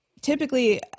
Typically